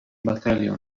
battalion